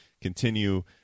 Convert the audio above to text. continue